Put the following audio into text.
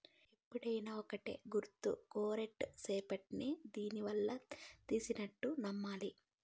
ఎప్పుడైనా ఒక్కటే గుర్తు కోర్ట్ సెప్తేనే దివాళా తీసినట్టు నమ్మాలి